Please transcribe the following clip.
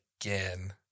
again